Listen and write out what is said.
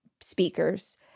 speakers